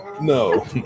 No